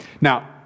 now